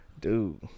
dude